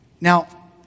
Now